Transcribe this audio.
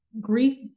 grief